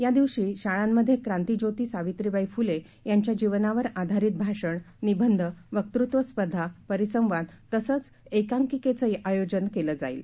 यादिवशीशाळांमध्येक्रांतिज्योतीसावित्रीबाईफुलेयांच्याजीवनावरआधारीतभाषणं निबंध वक्तृत्वस्पर्धा परिसंवादतसंचएकांकिकांचंआयोजनकेलंजाईल